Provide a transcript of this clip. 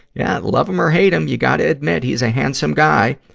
yeah, love him or hate him, you gotta admit he's a handsome guy.